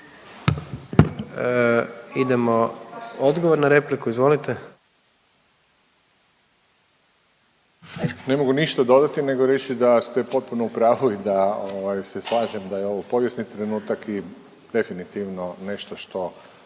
Idemo odgovor na repliku, izvolite. **Fuchs, Radovan (HDZ)** Ne mogu ništa dodati nego reći da ste potpuno u pravu i da se slažem da je ovo povijesni trenutak i definitivno nešto što